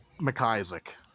McIsaac